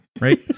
right